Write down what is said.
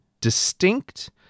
distinct